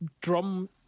drum